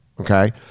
Okay